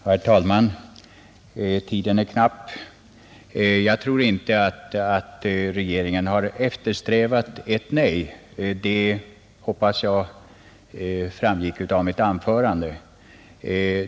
Herr talman! Tiden är knapp. Jag tror inte att regeringen har eftersträvat ett nej; jag hoppas det framgick av mitt anförande.